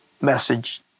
message